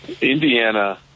Indiana